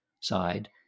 side